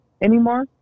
anymore